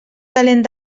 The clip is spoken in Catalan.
talent